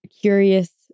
curious